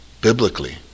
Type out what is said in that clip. biblically